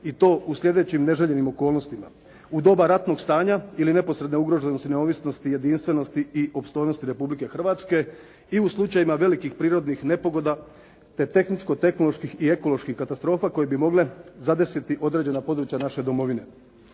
i to u slijedećim neželjenim okolnostima, u doba ratnog stanja ili neposredne ugroženosti neovisnosti, jedinstvenosti i opstojnosti Republike Hrvatske i u slučajevima velikih prirodnih nepogoda te tehničko-tehnoloških i ekoloških katastrofa koje bi mogle zadesiti određena područja naše domovine.